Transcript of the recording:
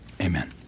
Amen